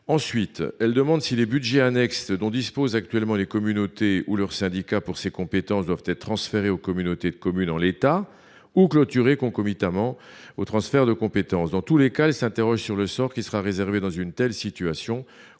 Ensuite, elles demandent si les budgets annexes dont disposent actuellement les communautés ou leurs syndicats pour ces compétences doivent être transférés aux communautés de communes en l’état ou clôturés concomitamment au transfert de compétences. Dans tous les cas, elles s’interrogent sur le sort qui sera réservé dans une telle situation au